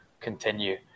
continue